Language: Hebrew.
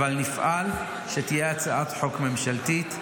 אבל נפעל שתהיה הצעת חוק ממשלתית,